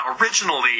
originally